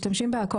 משתמשים בהכול.